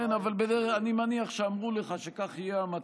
כן, אבל אני מניח שאמרו לך שכך יהיה המצב.